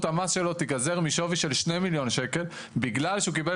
המס שלו תיגזר משווי של שני מיליון שקלים בגלל שהוא קיבל